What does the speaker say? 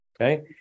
Okay